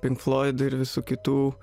pinkfloidų ir visų kitų